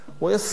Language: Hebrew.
הוא היה סוג,